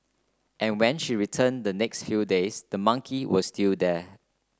and when she returned the next few days the monkey was still there